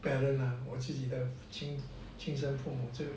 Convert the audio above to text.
parent lah 我自己亲身父母就